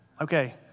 Okay